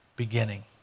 beginning